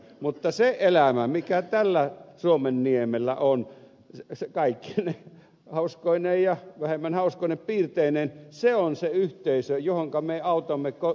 mutta se elämä mikä tällä suomenniemellä on kaikkine hauskoine ja vähemmän hauskoine piirteineen on se yhteisö johonka me autamme kotoutumaan